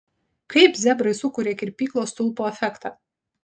kaip zebrai sukuria kirpyklos stulpo efektą